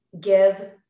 give